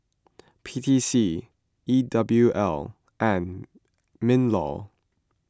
P T C E W L and MinLaw